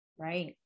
Right